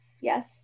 yes